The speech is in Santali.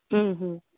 ᱦᱩᱸ ᱦᱩᱸ